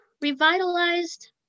Revitalized